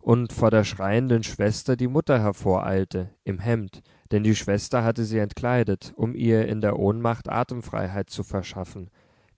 und vor der schreienden schwester die mutter hervoreilte im hemd denn die schwester hatte sie entkleidet um ihr in der ohnmacht atemfreiheit zu verschaffen